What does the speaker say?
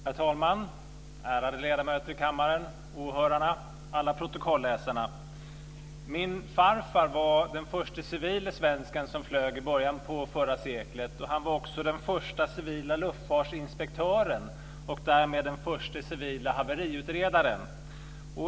Herr talman! Ärade ledamöter i kammaren, åhörare och alla protokollsläsare! Min farfar var i början av förra seklet den förste civile svensken som flög. Han var också den förste civile luftfartsinspektören och därmed den förste civile haveriutredaren.